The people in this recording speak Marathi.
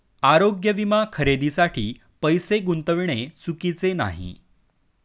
आरोग्य विमा खरेदीसाठी पैसे गुंतविणे चुकीचे नाही